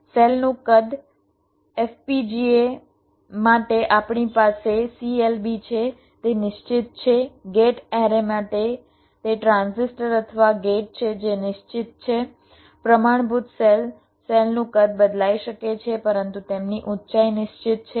સેલનું કદ FPGA માટે આપણી પાસે CLB છે તે નિશ્ચિત છે ગેટ એરે માટે તે ટ્રાન્ઝિસ્ટર અથવા ગેટ છે જે નિશ્ચિત છે પ્રમાણભૂત સેલ સેલનું કદ બદલાઈ શકે છે પરંતુ તેમની ઊંચાઈ નિશ્ચિત છે